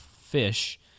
Fish